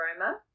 aroma